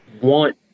want